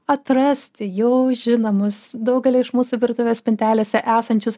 atrasti jau žinomus daugelio iš mūsų virtuvės spintelėse esančius